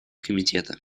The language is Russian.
комитета